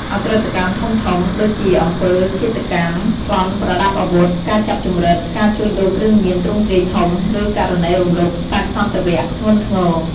ឧក្រិដ្ឋកម្មធំៗ ដូចជា អំពើឃាតកម្ម ប្លន់ប្រដាប់អាវុធ ការចាប់ជំរិត ការជួញដូរគ្រឿងញៀនទ្រង់ទ្រាយធំ ឬករណីរំលោភសេពសន្ថវៈធ្ងន់ធ្ងរ។